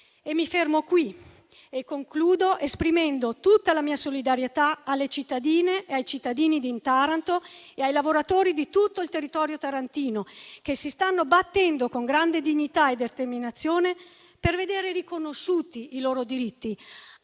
se nulla fosse. Concludo esprimendo tutta la mia solidarietà alle cittadine e ai cittadini di Taranto e ai lavoratori di tutto il territorio tarantino che si stanno battendo con grande dignità e determinazione per vedere riconosciuti i loro diritti.